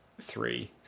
three